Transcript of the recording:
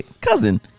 Cousin